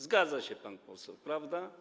Zgadza się pan poseł, prawda?